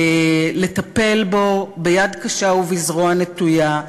לטפל בו ביד קשה ובזרוע נטויה,